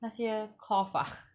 那些 cloth ah